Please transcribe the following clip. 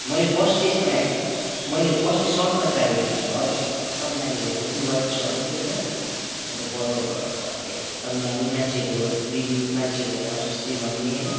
मैले फर्स्ट चाहिँ यसमा मैले फर्स्ट चाहिँ सर्टमा ट्राई गरेको थिएँ हजुर एकदम दामी देख्दो रहेछ वाइट सर्ट थियो होइन अन्त पर्पल कलरको हजर एकदम दामी मान्छेहरूको रिभ्यु मान्छेहरूले मलाई त्यस्तै भन्ने होइन